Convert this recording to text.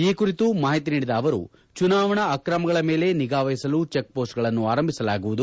ಈ ಕುರಿತು ಮಾಹಿತಿ ನೀಡಿದ ಅವರು ಚುನಾವಣಾ ಅಕ್ರಮಗಳ ಮೇಲೆ ನಿಗಾವಹಿಸಲು ಚಿಕ್ಪೋಸ್ಟ್ಗಳನ್ನು ಆರಂಭಿಸಲಾಗುವುದು